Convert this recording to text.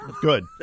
Good